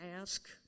ask